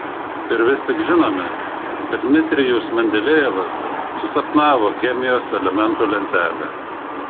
ir vis tik žinome kad dmitrijus mendelejevas susapnavo chemijos elementų lentelę